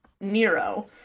Nero